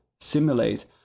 simulate